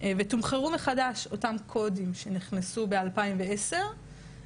ותומחרו מחדש אותם קודים שנכנסו ב-2010.